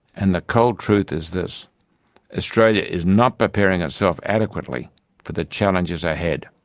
and the cold truth is this australia is not preparing itself adequately for the challenges ahead.